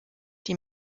die